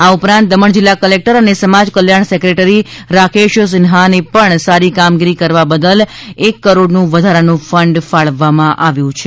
આ ઉપરાંત દમણ જિલ્લા કલેક્ટર અને સમાજ કલ્યાણના સેક્રેટરી રાકેશ સિન્હાસને સારી કામગીરી કરવા બદલ એક કરોડનું વધારાનું ફંડ ફાળવવામાં આવ્યું છે